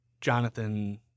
Jonathan